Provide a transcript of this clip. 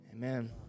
Amen